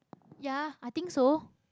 ya I think so